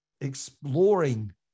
exploring